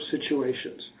situations